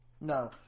No